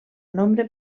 nombre